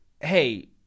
hey-